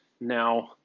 Now